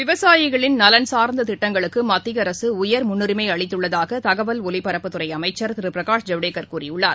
விவசாயிகளின் நலன் சார்ந்ததிட்டங்களுக்குமத்தியஅரசுஉயர் முன்னுரிமைஅளித்துள்ளதாகதகவல் ஒலிபரப்புத்துறைஅமைச்சர் திருபிரகாஷ் ஜவடேகர் கூறியுள்ளார்